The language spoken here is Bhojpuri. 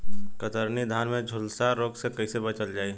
कतरनी धान में झुलसा रोग से कइसे बचल जाई?